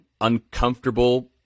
Uncomfortable